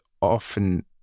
often